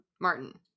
Martin